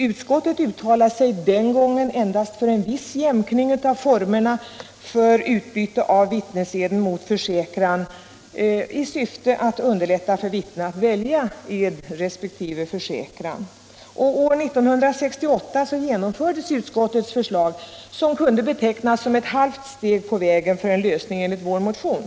Utskottet uttalade sig den gången endast för en viss jämkning av formerna för utbyte av vittnesed mot försäkran i syfte att underlätta för vittnena att välja ed resp. försäkran. Och år 1968 genomfördes utskottets förslag, som kunde betecknas som ett halvt steg på väg mot en lösning enligt vår motion.